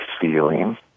feeling